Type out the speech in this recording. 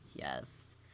Yes